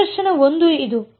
ಆದ್ದರಿಂದ ನಿದರ್ಶನ 1 ಇದು